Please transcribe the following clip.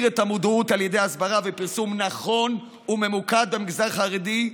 את המודעות על ידי הסברה ופרסום נכונים וממוקדים במגזר החרדי,